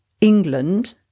England